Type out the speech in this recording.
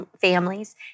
families